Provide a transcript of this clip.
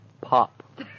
pop